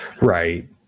Right